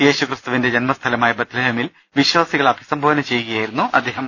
യേശുക്രിസ്തുവിന്റെ ജന്മസ്ഥലമായ ബത്ലഹേ മിൽ വിശ്വാസികളെ അഭിസംബോധന ചെയ്യുകയായിരുന്നു അദ്ദേഹം